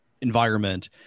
environment